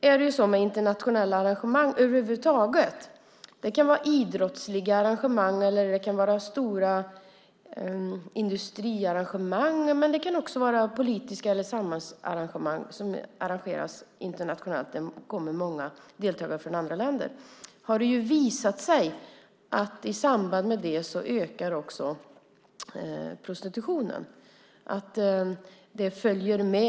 I samband med internationella arrangemang över huvud taget - det kan vara idrottsliga arrangemang, stora industriarrangemang eller politiska arrangemang eller samhällsarrangemang - där det kommer många deltagare från andra länder har det visat sig att prostitutionen ökar.